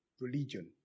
religion